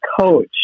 coach